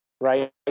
right